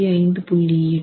8 57